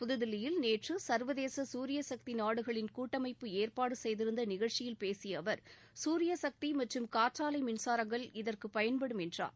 புதுதில்லியில் நேற்று சர்வதேச சூரியசக்தி நாடுகளில் கூட்டமைப்பு ஏற்பாடு செய்திருந்த நிகழ்ச்சியில் பேசிய அவர் சூரிய சக்தி மற்றும் காற்றாலை மின்சாரங்கள் இதற்கு பயன்படும் என்றார்